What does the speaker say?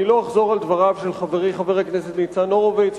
אני לא אחזור על דבריו של חברי חבר הכנסת ניצן הורוביץ,